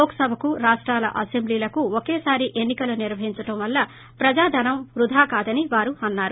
లోక్సభకు రాష్టాల అసెంబ్లీలకు ఒకేసారి ఎన్ని కలు నిర్వహించడం వలన ప్రజా ధనం వ్వదా కాదని వారు అన్నారు